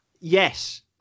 Yes